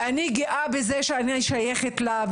ואני גאה בכך שאני שייכת לה.